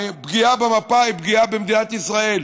ופגיעה במפה היא פגיעה במדינת ישראל,